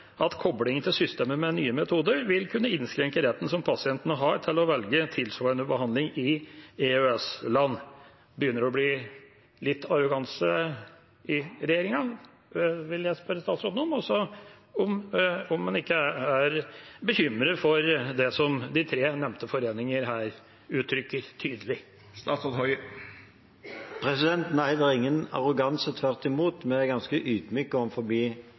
at koblingen til systemet med nye metoder vil kunne innskrenke retten som pasientene har til å velge tilsvarende behandling i EØS-land. Begynner det å bli litt arroganse i regjeringa? Det vil jeg spørre statsråden om, og om han ikke er bekymret for det som de tre nevnte foreninger her uttrykker tydelig. Nei, det er ingen arroganse – tvert imot. Vi er ganske ydmyke overfor de tilbakemeldingene vi har fått om